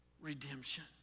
redemption